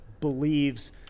believes